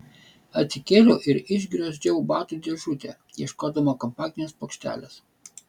atsikėliau ir išgriozdžiau batų dėžutę ieškodama kompaktinės plokštelės